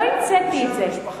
לא המצאתי את זה.